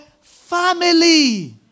family